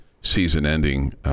season-ending